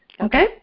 Okay